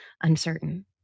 uncertain